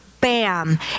bam